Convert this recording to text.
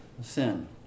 sin